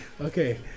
Okay